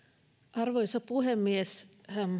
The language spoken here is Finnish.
arvoisa puhemies